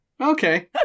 Okay